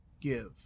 give